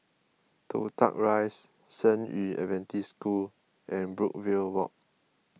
Toh Tuck Rise San Yu Adventist School and Brookvale Walk